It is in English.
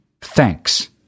Thanks